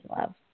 love